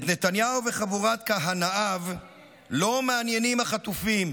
את נתניהו וחבורת כהנאיו לא מעניינים החטופים,